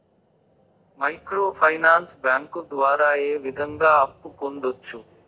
micro finance bank ద్వారా ఏ విధంగా అప్పు పొందొచ్చు